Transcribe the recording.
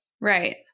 Right